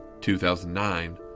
2009